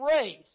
race